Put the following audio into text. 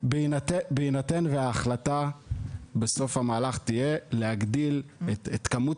בהינתן וההחלטה בסוף המהלך תהיה להגדיל את כמות